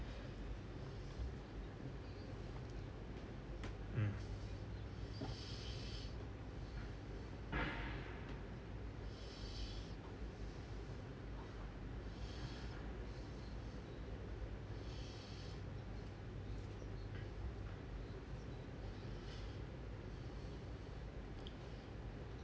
mm